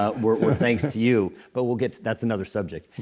ah were thanks to you. but we'll get that's another subject.